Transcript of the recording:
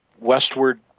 westward